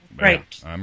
right